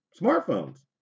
smartphones